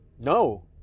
no